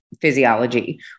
physiology